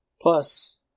Plus